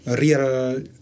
real